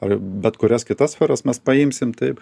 ar bet kurias kitas sferas mes paimsim taip